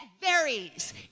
varies